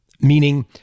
Meaning